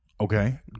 Okay